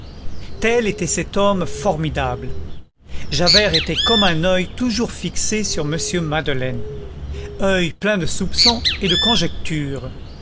tel était cet homme formidable javert était comme un oeil toujours fixé sur m madeleine oeil plein de soupçon et de conjectures